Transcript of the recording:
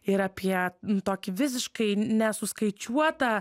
ir apie tokį visiškai nesuskaičiuotą